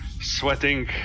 sweating